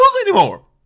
anymore